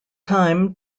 time